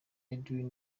edwin